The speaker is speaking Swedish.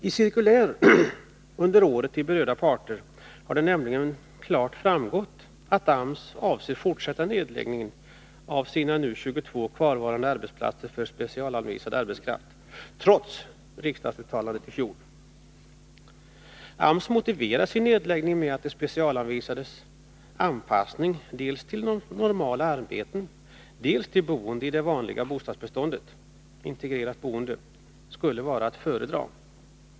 I cirkulär under året till berörda parter har det nämligen klart framgått att AMS avser fortsätta nedläggningen av sina nu 22 kvarvarande arbetsplatser för specialanvisad arbetskraft trots riksdagsuttalandet i fjol. AMS motiverar sin nedläggning med att de specialanvisades anpassning dels till normala arbeten, dels till boende i det vanliga bostadsbeståndet, integrerat boende, skulle vara att föredra.